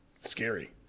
scary